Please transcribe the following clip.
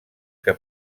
que